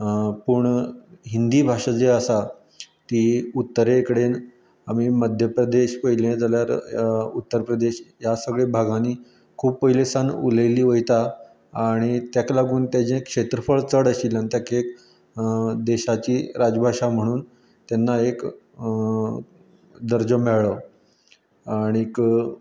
पूण हिंदी भाशा जें आसा ती उत्तरे कडेन आमी मध्य प्रदेश पळयलें जाल्यार उत्तर प्रदेश ह्या सगळ्यां भागांनी खूप पयली सान उलयली वयता आणी तेका लागून तेजें क्षेत्रफळ चड आशिल्ल्यान तेका एक देशाची राजभाशा म्हणून तेन्ना एक दर्जो मेळ्ळो आनीक